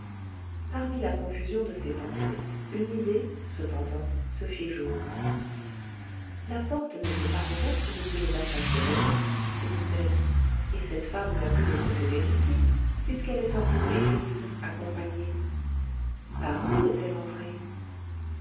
parmi la confusion de ses pensées une idée cependant se fit jour la porte ne s'est pas rouverte depuis le passage de rené se dit-elle et cette femme n'a pu le précéder ici puisqu'elle est sortie de l'église accompagnée par où est-elle entrée